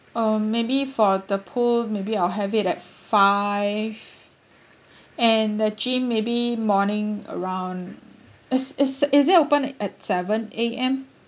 um maybe for the pool maybe I'll have it at five and the gym maybe morning around is is is it open at seven A_M